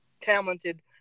talented